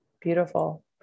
beautiful